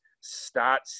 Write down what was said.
Start